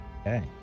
Okay